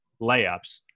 layups